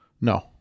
No